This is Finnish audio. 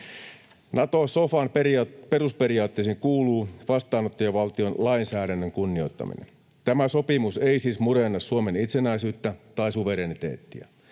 Nato-sofan perusperiaatteisiin kuuluu vastaanottajavaltion lainsäädännön kunnioittaminen. Tämä sopimus ei siis murenna Suomen itsenäisyyttä tai suvereniteettia.